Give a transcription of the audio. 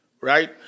right